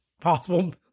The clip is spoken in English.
possible